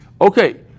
Okay